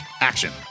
action